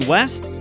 West